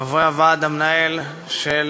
חברי הוועד המנהל של